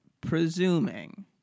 presuming